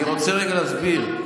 אני רוצה רגע להסביר.